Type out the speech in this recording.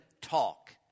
talk